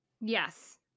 Yes